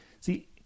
See